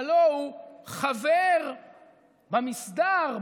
הלוא הוא חבר במסדר,